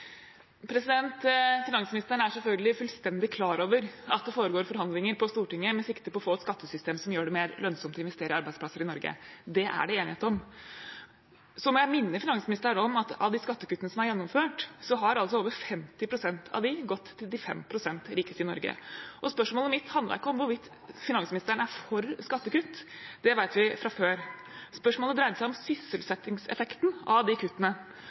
Finansministeren er selvfølgelig fullstendig klar over at det foregår forhandlinger på Stortinget med sikte på å få et skattesystem som gjør det mer lønnsomt å investere i arbeidsplasser i Norge. Det er det enighet om. Så må jeg minne finansministeren om at av disse skattekuttene som er gjennomført, har altså over 50 pst. av dem gått til de 5 pst. rikeste i Norge. Og spørsmålet mitt handlet ikke om hvorvidt finansministeren er for skattekutt – det vet vi fra før. Spørsmålet dreide seg om sysselsettingseffekten av disse kuttene.